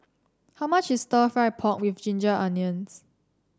how much is stir fry pork with Ginger Onions